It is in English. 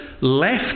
left